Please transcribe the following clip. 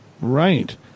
right